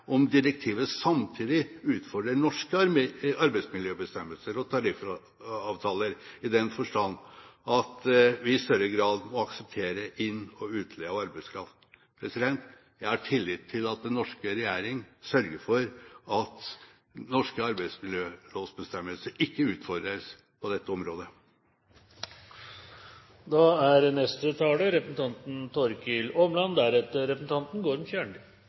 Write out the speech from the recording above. om direktivet samtidig utfordrer norske arbeidsmiljøbestemmelser og tariffavtaler, i den forstand at vi i større grad må akseptere inn- og utleie av arbeidskraft. Jeg har tillit til at den norske regjering sørger for at norske arbeidsmiljølovbestemmelser ikke utfordres på dette området.